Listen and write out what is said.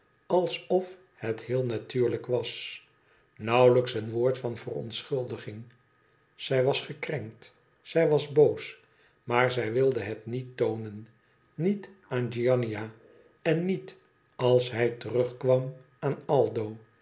of het heel natuurlijk was nauwlijks een woord van verontschuldiging zij was gekrenkt zij was boos maar zij wilde het niet toonen niet aan giannina en niet als hij terug kwam aan aldo